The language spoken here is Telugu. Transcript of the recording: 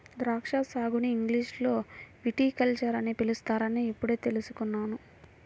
ద్రాక్షా సాగుని ఇంగ్లీషులో విటికల్చర్ అని పిలుస్తారని ఇప్పుడే తెల్సుకున్నాను